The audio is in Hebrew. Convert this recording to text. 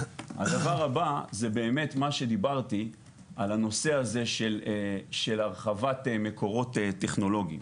הדבר הבא זה באמת מה שדיברתי על הנושא הזה של הרחבת מקורות טכנולוגיים.